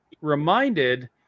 reminded